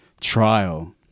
trial